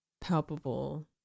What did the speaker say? palpable